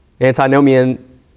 antinomian